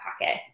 pocket